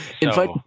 Invite